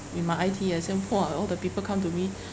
in my I_T_E ah I see !wah! all the people come to me